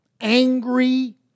angry